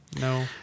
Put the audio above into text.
No